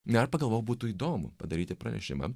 na ir pagalvojau būtų įdomu padaryti pranešimą